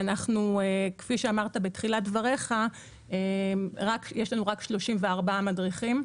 וכפי שאמרת בתחילת דברייך, יש לנו רק 34 מדריכים.